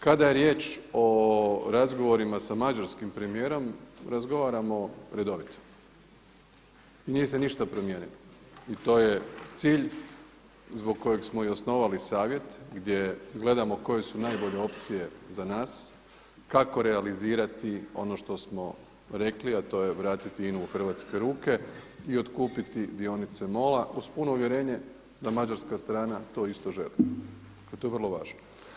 Kada je riječ o razgovorima sa mađarskim premijerom razgovaramo redovito i nije se ništa promijenilo i to je cilj zbog kojeg smo i osnovali savjet gdje gledamo koje su najbolje opcije za nas, kako realizirati ono što smo rekli, a to je vratiti INA-u u hrvatske ruke i otkupiti dionice MOLA-a uz puno uvjerenje da mađarska strana to isto želi, a to je vrlo važno.